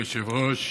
אדוני היושב-ראש,